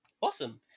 Awesome